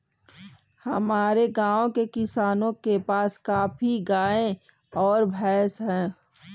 हमारे गाँव के किसानों के पास काफी गायें और भैंस है